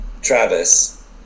Travis